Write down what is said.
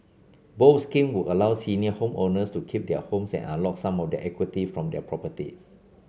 both scheme would allow senior homeowners to keep their homes and unlock some of the equity from their property